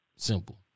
simple